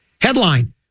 Headline